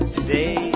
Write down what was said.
today